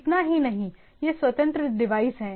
इतना ही नहीं यह स्वतंत्र डिवाइस है